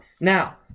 Now